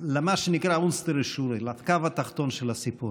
למה שנקרא אונסטע רשונע, לקו התחתון של הסיפור.